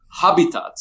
habitat